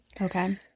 Okay